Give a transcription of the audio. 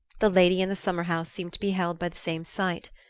the lady in the summer-house seemed to be held by the same sight.